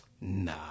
Nah